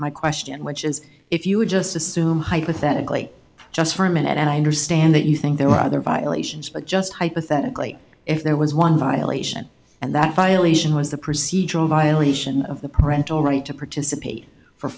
my question which is if you would just assume hypothetically just for a minute and i understand that you think there are other violations but just hypothetically if there was one violation and that violation was the procedural violation of the parental right to participate for